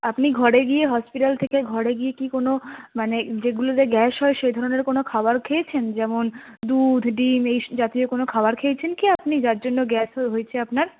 আপনি ঘরে গিয়ে হসপিটাল থেকে ঘরে গিয়ে কি কোনো মানে যেগুলোতে গ্যাস হয় সে ধরণের কোনও খাবার খেয়েছেন যেমন দুধ ডিম এই জাতীয় কোনো খাবার খেয়েছেন কি আপনি যার জন্য গ্যাস হয়েছে আপনার